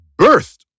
birthed